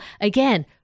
Again